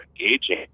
engaging